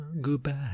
goodbye